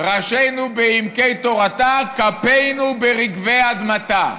"ראשינו בעמקי תורתה, כפינו ברגבי אדמתה".